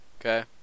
Okay